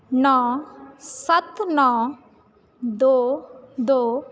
ਨੌਂ ਸੱਤ ਨੌਂ ਦੋ ਦੋ